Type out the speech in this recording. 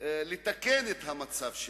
לתקן את המצב שלו.